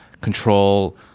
control